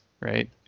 right